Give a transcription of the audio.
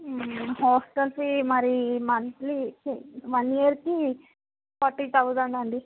hostel fee మరి monthly fee one ఇయర్కి forty thousand అండి